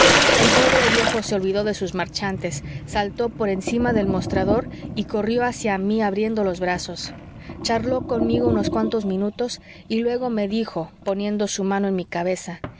el pobre viejo se olvidó de sus marchantes saltó por encima del mostrador y corrió hacia mi abriendo los brazos charló conmigo unos cuantos minutos y luego me dijo poniendo su mano en mi cabeza